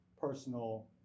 personal